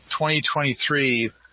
2023